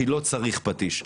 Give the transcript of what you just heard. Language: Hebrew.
כי לא צריך פטיש.